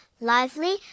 lively